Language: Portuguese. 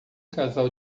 casal